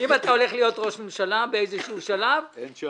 אם אתה הולך להיות ראש ממשלה באיזשהו שלב -- אין צ'אנס.